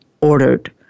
ordered